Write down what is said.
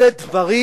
לשאת דברים,